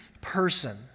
person